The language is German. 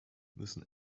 müssen